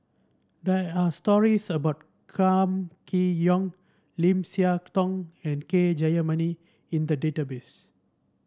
there are stories about Kam Kee Yong Lim Siah Tong and K Jayamani in the database